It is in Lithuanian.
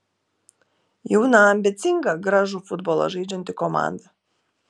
jauna ambicinga gražų futbolą žaidžianti komanda